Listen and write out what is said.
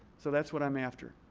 so that's what i'm after.